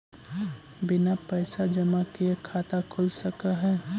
बिना पैसा जमा किए खाता खुल सक है?